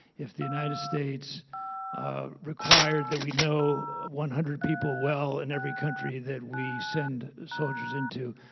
if the united states required that we know one hundred people well in every country that we send soldiers into,